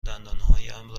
دندانهایم